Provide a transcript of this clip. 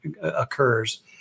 occurs